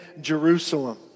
Jerusalem